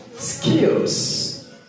skills